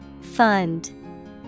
Fund